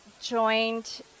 joined